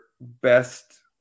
best